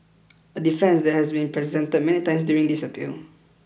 a defence that has been presented many times during this appeal